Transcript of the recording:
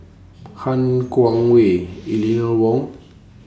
Han Guangwei Eleanor Wong